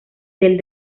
del